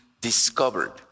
discovered